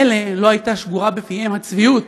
מילא אם לא הייתה שגורה בפיהם הצביעות,